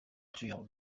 具有